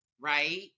right